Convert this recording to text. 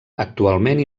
actualment